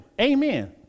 Amen